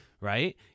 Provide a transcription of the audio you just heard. right